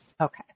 Okay